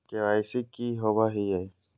KYC की हॉबे हय?